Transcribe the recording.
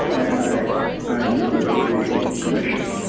i i knew of the commission,